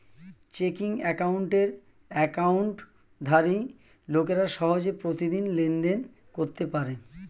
checking অ্যাকাউন্টের অ্যাকাউন্টধারী লোকেরা সহজে প্রতিদিন লেনদেন করতে পারে